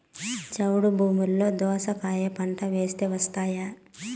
చౌడు భూమిలో దోస కాయ పంట వేస్తే వస్తాయా?